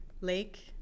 Lake